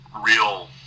real